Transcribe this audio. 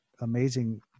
amazing